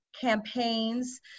campaigns